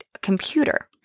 computer